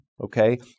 okay